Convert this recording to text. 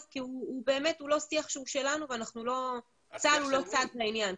כי הוא לא שיח שלנו וצה"ל הוא לא צד לעניין.